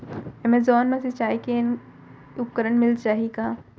Amazon मा सिंचाई के उपकरण मिलिस जाही का?